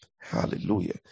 Hallelujah